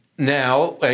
Now